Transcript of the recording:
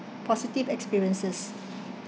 positive experiences